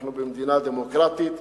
אנחנו במדינה דמוקרטית,